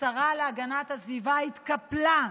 השרה להגנת הסביבה התקפלה,